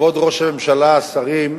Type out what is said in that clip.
כבוד ראש הממשלה, השרים,